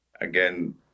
again